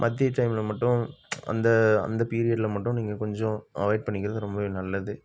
மதிய டைமில் மட்டும் அந்த அந்தப் பீரியட்டில் மட்டும் நீங்கள் கொஞ்சம் அவாய்ட் பண்ணிக்கிறது ரொம்பவே நல்லது